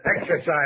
Exercise